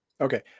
Okay